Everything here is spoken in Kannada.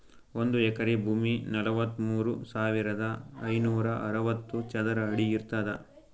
ಒಂದ್ ಎಕರಿ ಭೂಮಿ ನಲವತ್ಮೂರು ಸಾವಿರದ ಐನೂರ ಅರವತ್ತು ಚದರ ಅಡಿ ಇರ್ತದ